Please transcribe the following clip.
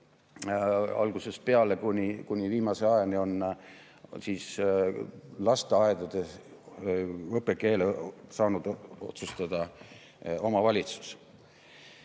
Algusest peale kuni viimase ajani on lasteaedades õppekeele saanud otsustada omavalitsus.